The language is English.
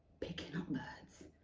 picking up birds,